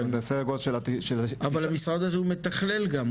אבל המשרד הזה הוא מתכלל גם,